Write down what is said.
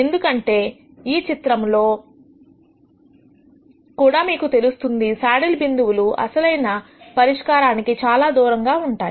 ఎందుకంటే ఈ చిత్రంలో కూడా మీకు తెలుస్తుంది సాడిల్ బిందువులు అసలైన పరిష్కారానికి చాలా దూరంగా ఉంటాయి